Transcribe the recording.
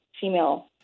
female